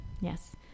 Yes